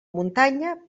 muntanya